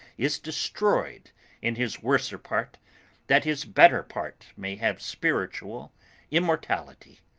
is destroyed in his worser part that his better part may have spiritual immortality.